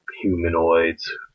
humanoids